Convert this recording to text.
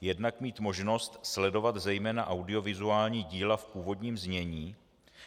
Jednak mít možnost sledovat zejména audiovizuální díla v původním znění,